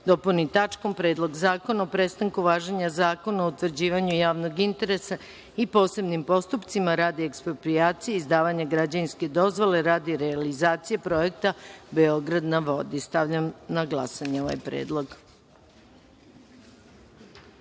dopuni tačkom – Predlog zakona o prestanku važenja Zakona o utvrđivanju javnog interesa i posebnim postupcima radi eksproprijacije i izdavanja građevinske dozvole radi realizacije projekta „Beograd na vodi“.Stavljam na glasanje ovaj